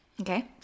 Okay